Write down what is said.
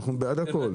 אנחנו בעד הכול.